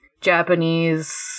japanese